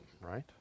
right